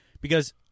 Because-